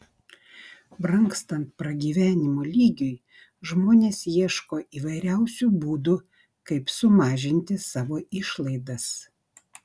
brangstant pragyvenimo lygiui žmonės ieško įvairiausių būdų kaip sumažinti savo išlaidas